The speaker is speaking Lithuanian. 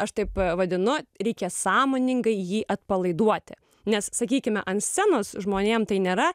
aš taip vadinu reikia sąmoningai jį atpalaiduoti nes sakykime ant scenos žmonėm tai nėra